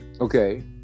Okay